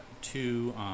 two